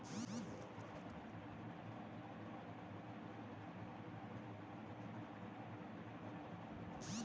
कोइ अईसन सरकारी योजना हई जे हमरा मशीन खरीदे में काम आ सकलक ह?